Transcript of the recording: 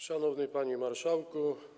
Szanowny Panie Marszałku!